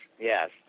yes